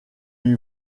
lui